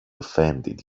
offended